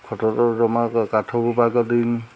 ଖଟ ତ ଜମା କାଠ ବି ବାଗ ଦେଇନି